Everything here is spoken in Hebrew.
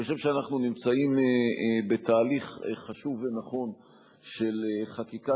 אני חושב שאנחנו נמצאים בתהליך חשוב ונכון של חקיקה